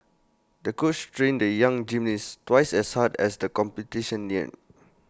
the coach trained the young gymnast twice as hard as the competition neared